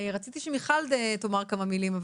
רציתי שמיכל תאמר כמה מילים,